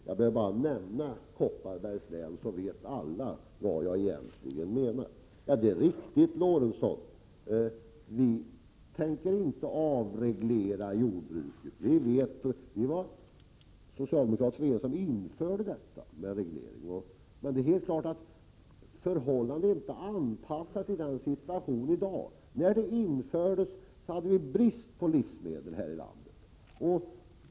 Jag behöver bara nämna Kopparbergs län så vet alla vad jag menar. Det är riktigt, Ingvar Eriksson, att vi inte tänker avreglera jordbruket — det var socialdemokraterna som införde regleringen — men det är helt klart att reglerna inte är anpassade till dagens situation. När de infördes hade vi brist på livsmedel i landet.